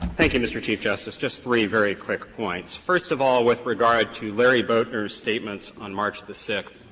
thank you, mr. chief justice. just three very quick points. first of all with regard to larry boatner's statements on march the sixth,